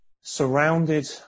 surrounded